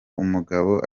umugabo